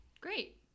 Great